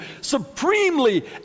supremely